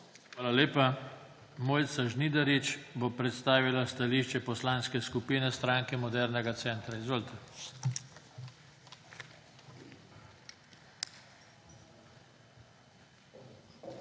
Hvala lepa. Mojca Žnidarič bo predstavila stališče Poslanske skupine Stranke modernega centra. Izvolite. **MOJCA